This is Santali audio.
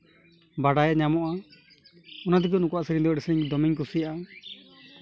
ᱵᱟᱰᱟᱭ ᱧᱟᱢᱚᱜᱼᱟ ᱚᱱᱟ ᱛᱮᱜᱮ ᱱᱩᱠᱩᱣᱟᱜ ᱥᱮᱨᱮᱧ ᱫᱚ ᱟᱹᱰᱤ ᱥᱮ ᱫᱚᱢᱮᱧ ᱠᱩᱥᱤᱭᱟᱜᱼᱟ